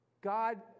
God